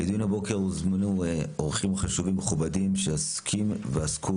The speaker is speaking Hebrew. לדיון הבוקר הוזמנו אורחים חשובים ומכובדים שעוסקים ועסקו